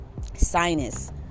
sinus